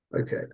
Okay